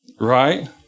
Right